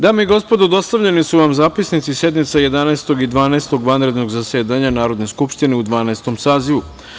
Dame i gospodo, dostavljeni su vam zapisnici sednica 11. i 12. vanrednog zasedanja Narodne skupštine u Dvanaestom sazivu.